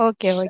Okay